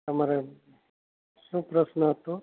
તમારે શું પ્રશ્ન હતો